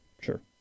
sure